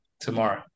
tomorrow